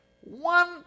One